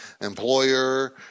employer